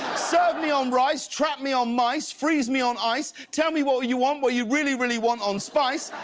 serve me on rice. trap me on mice. freeze me on ice. tell me what you want, what you really, really want on spice.